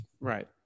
right